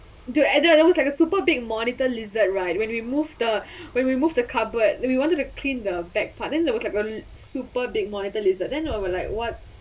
dude at the it was like a super big monitor lizard right when we moved the when we move the cupboard then we wanted to clean the back part then there was like a super big monitor lizard then I was like what